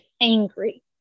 angry